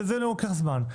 זה לוקח זמן.